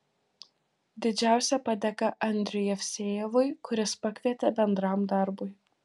didžiausia padėka andriui jevsejevui kuris pakvietė bendram darbui